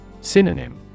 Synonym